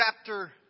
chapter